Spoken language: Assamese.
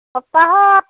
সপ্তাহত